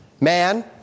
Man